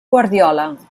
guardiola